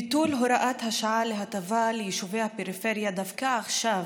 ביטול הוראת השעה להטבה ליישובי הפריפריה דווקא עכשיו,